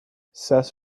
says